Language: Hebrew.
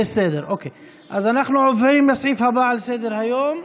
אנחנו עוברים לסעיף הבא על סדר-היום,